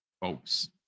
folks